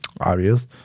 obvious